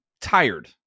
tired